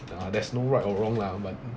nah there's no right or wrong lah but